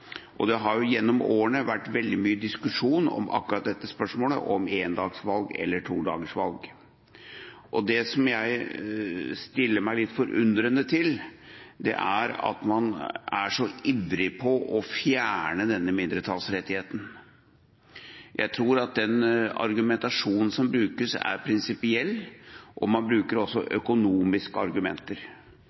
stemmeurnene. Det har jo gjennom årene vært veldig mye diskusjon om akkurat dette spørsmålet – om endagsvalg eller todagersvalg. Det jeg stiller meg litt undrende til, er at man er så ivrig etter å fjerne denne mindretallsrettigheten. Jeg tror at den argumentasjonen som brukes, er prinsipiell, og man bruker også økonomiske argumenter.